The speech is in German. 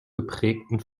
geprägten